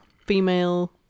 female